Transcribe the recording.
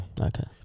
Okay